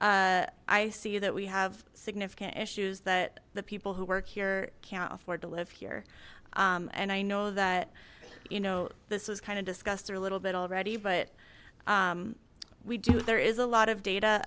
i see that we have significant issues that the people who work here can't afford to live here and i know that you know this was kind of discussed there a little bit already but we do there is a lot of data